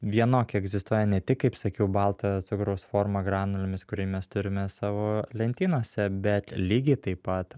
vienok egzistuoja ne tik kaip sakiau balta cukraus forma granulėmis kurį mes turime savo lentynose bet lygiai taip pat